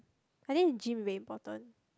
I think gym very important